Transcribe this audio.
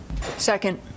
Second